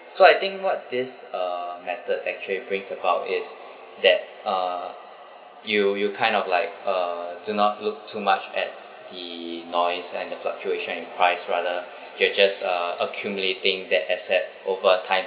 so I think what this uh method actually brings about is that uh you you kind of like uh do not look too much at the noise and the fluctuation in price rather get just uh accumulating that assets over time